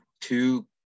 two